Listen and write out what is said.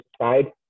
side